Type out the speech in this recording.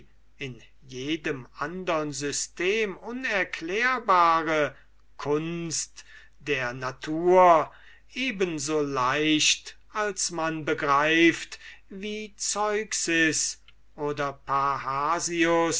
in jedem andern system unerklärbare kunst der natur eben so leicht als man begreift wie zeuxis oder